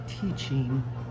teaching